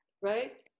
right